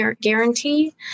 guarantee